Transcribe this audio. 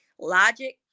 logic